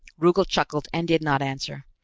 rugel chuckled, and did not answer.